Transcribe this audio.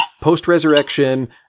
post-resurrection